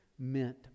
meant